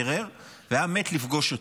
בירר והיה מת לפגוש אותי.